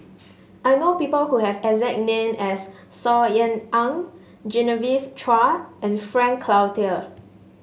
I know people who have exact name as Saw Ean Ang Genevieve Chua and Frank Cloutier